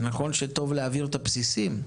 זה נכון שטוב להעביר את הבסיסים,